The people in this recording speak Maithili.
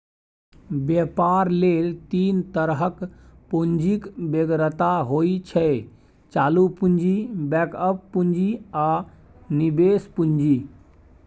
बेपार लेल तीन तरहक पुंजीक बेगरता होइ छै चालु पुंजी, बैकअप पुंजी आ निबेश पुंजी